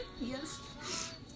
Yes